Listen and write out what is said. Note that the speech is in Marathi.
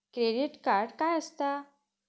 क्रेडिट कार्ड काय असता?